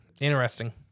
Interesting